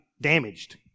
damaged